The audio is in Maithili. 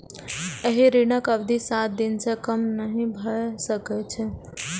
एहि ऋणक अवधि सात दिन सं कम नहि भए सकै छै